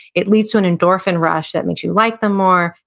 it leads to an endorphin rush that makes you like them more,